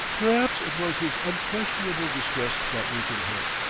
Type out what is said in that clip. perhaps it was his unquestionable distress that weakened her.